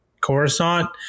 Coruscant